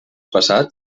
passat